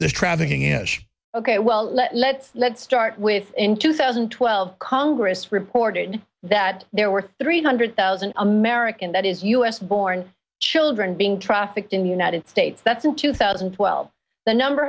the trafficking is ok well let's let's start with in two thousand and twelve congress reported that there were three hundred thousand american that is u s born children being trafficked in the united states that's in two thousand and twelve the number